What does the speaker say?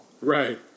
Right